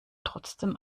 trotzdem